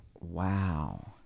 Wow